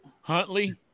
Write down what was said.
Huntley